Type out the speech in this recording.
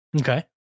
Okay